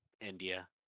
India